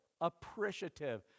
appreciative